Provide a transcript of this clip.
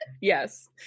Yes